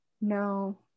No